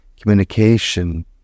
communication